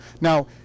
Now